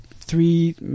three